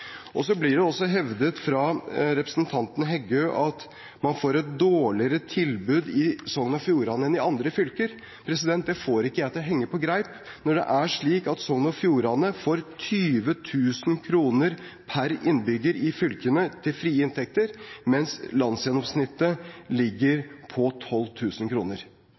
Så blir det også hevdet fra representanten Heggø at man får et dårligere tilbud i Sogn og Fjordane enn i andre fylker. Det får ikke jeg til å henge på greip når det er slik at Sogn og Fjordane får 20 000 kr per innbygger til fylket i frie inntekter, mens landsgjennomsnittet ligger på